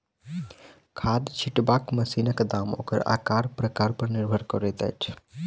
खाद छिटबाक मशीनक दाम ओकर आकार प्रकार पर निर्भर करैत अछि